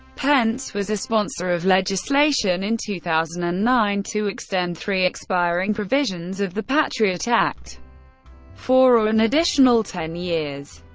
pence was a sponsor of legislation in two thousand and nine to extend three expiring provisions of the patriot act for an additional ten years.